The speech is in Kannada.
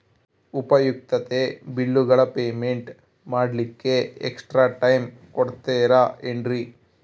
ಉಪಯುಕ್ತತೆ ಬಿಲ್ಲುಗಳ ಪೇಮೆಂಟ್ ಮಾಡ್ಲಿಕ್ಕೆ ಎಕ್ಸ್ಟ್ರಾ ಟೈಮ್ ಕೊಡ್ತೇರಾ ಏನ್ರಿ?